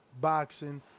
Boxing